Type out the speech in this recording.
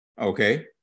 Okay